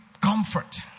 comfort